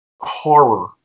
horror